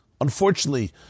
unfortunately